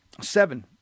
seven